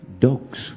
Dogs